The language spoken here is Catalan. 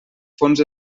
fons